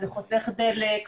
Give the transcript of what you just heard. זה חוסך דלק,